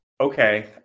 okay